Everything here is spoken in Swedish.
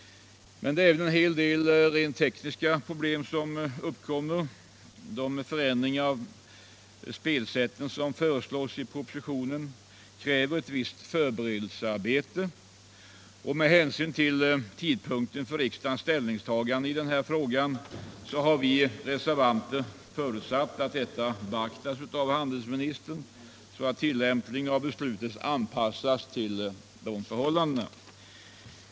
Även en hel del rent tekniska problem uppkommer. De förändringar av spelsätten som föreslås i propositionen kräver ett visst förberedelsearbete. Med hänsyn till tidpunkten för riksdagens ställningstagande i denna fråga har vi reservanter förutsatt att detta beaktas av handelsministern, så att tillämpningen av beslutet anpassas till dessa förhållanden.